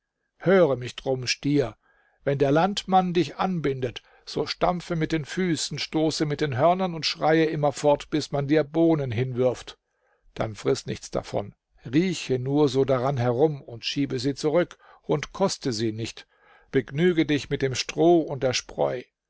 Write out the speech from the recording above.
höre mich drum stier wenn der landmann dich anbindet so stampfe mit den füßen stoße mit den hörnern und schreie immer fort bis man dir bohnen hinwirft dann friß nichts davon rieche nur so daran herum und schiebe sie zurück und koste sie nicht begnüge dich mit dem stroh und der spreu